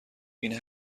این